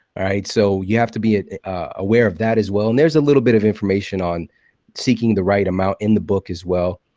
right? so you have to be aware of that as well. and there's a little bit of information on seeking the right amount in the book as well.